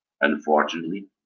unfortunately